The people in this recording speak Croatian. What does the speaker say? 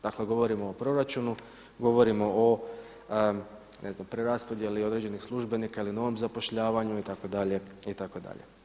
Dakle govorimo o proračunu, govorimo o ne znam preraspodjeli određenih službenika ili novom zapošljavanju itd., itd.